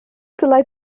dylai